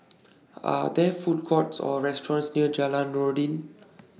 Are There Food Courts Or restaurants near Jalan Noordin